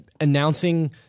announcing